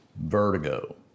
vertigo